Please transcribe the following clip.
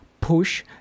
push